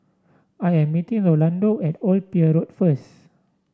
I am meeting Rolando at Old Pier Road first